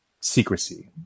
secrecy